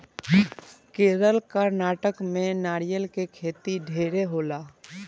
केरल, कर्नाटक में नारियल के खेती ढेरे होला